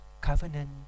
covenant